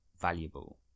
valuable